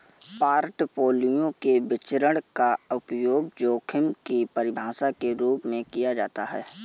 portfolio के विचरण का उपयोग जोखिम की परिभाषा के रूप में किया जाता है